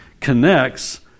connects